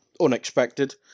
unexpected